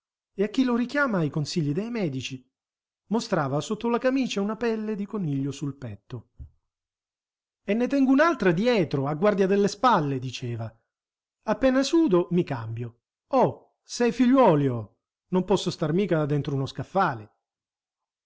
e a chi lo richiamava ai consigli dei medici mostrava sotto la camicia una pelle di coniglio sul petto e ne tengo un'altra dietro a guardia delle spalle diceva appena sudo mi cambio ohè sei figliuoli ho non posso star mica dentro uno scaffale